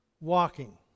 walking